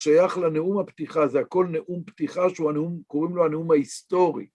שייך לנאום הפתיחה, זה הכל נאום פתיחה, שהוא הנאום... שקוראים לו הנאום ההיסטורי.